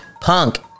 Punk